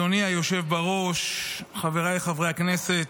אדוני היושב בראש, חבריי חברי הכנסת,